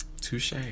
touche